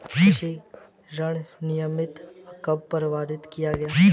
कृषि ऋण अधिनियम कब पारित किया गया?